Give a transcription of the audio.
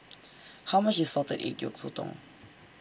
How much IS Salted Egg Yolk Sotong